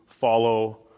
follow